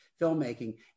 filmmaking